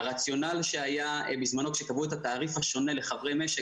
הרציונל שהיה בזמנו כשקבעו את התעריף השונה לחברי משק,